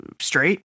straight